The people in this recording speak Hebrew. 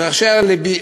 את רחשי לבי,